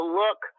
look